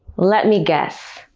let me guess,